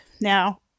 now